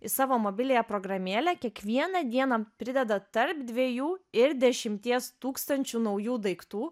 į savo mobiliąją programėlę kiekvieną dieną prideda tarp dvejų ir dešimties tūkstančių naujų daiktų